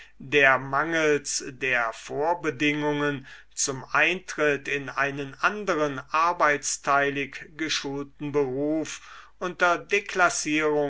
der mangels der vorbedingungen zum eintritt in einen anderen arbeitsteilig ge'schulten beruf unter deklassierung